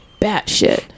batshit